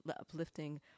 uplifting